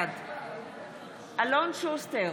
בעד אלון שוסטר,